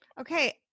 Okay